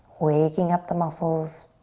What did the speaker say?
waking up the muscles.